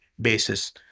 basis